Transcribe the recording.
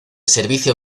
servicio